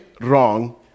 wrong